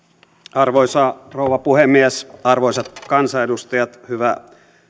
arvoisa rouva puhemies arvoisat kansanedustajat hyvä